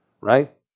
right